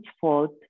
fault